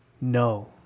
No